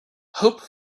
hope